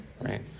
right